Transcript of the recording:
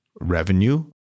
revenue